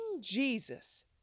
Jesus